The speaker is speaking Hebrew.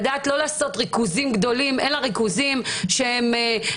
לדעת לא לעשות ריכוזים גדולים אלא ריכוזים בקיבוצים,